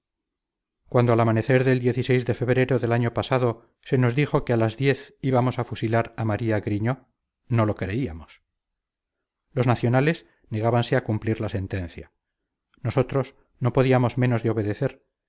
cuando al amanecer del de febrero del año pasado se nos dijo que a las diez íbamos a fusilar a maría griñó no lo creíamos los nacionales negábanse a cumplir la sentencia nosotros no podíamos menos de obedecer